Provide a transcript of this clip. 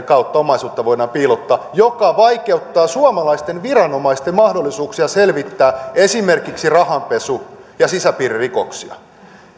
kautta omaisuutta voidaan piilottaa mikä vaikeuttaa suomalaisten viranomaisten mahdollisuuksia selvittää esimerkiksi rahanpesu ja sisäpiiririkoksia